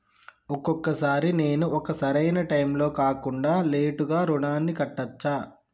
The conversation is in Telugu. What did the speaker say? ఒక్కొక సారి నేను ఒక సరైనా టైంలో కాకుండా లేటుగా రుణాన్ని కట్టచ్చా?